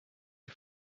you